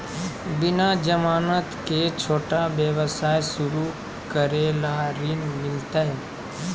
बिना जमानत के, छोटा व्यवसाय शुरू करे ला ऋण मिलतई?